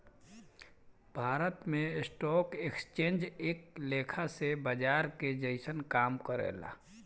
भारत में stock exchange एक लेखा से बाजार के जइसन काम करेला